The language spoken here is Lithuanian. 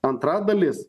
antra dalis